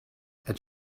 het